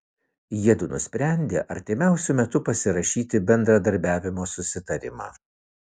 jiedu nusprendė artimiausiu metu pasirašyti bendradarbiavimo susitarimą